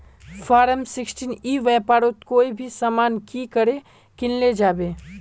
Form sixteen ई व्यापारोत कोई भी सामान की करे किनले जाबे?